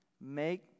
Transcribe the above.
make